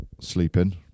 sleeping